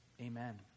Amen